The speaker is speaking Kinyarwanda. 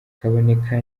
kaboneka